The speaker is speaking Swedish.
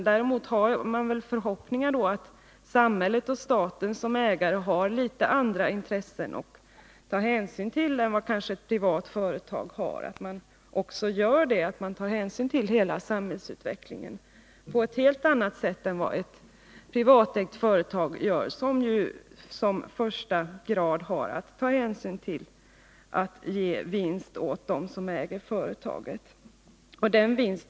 Däremot har jag förhoppningen att samhället och staten som ägare har litet andra intressen att ta hänsyn till än ett privat företag har, och attstaten också tar hänsyn till hela samhällsutvecklingen på ett helt annat sätt än ett privatägt företag, vilket i första hand har att ta hänsyn till dem som äger företaget och att ge dem vinst.